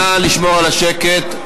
נא לשמור על שקט.